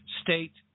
state